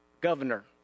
governor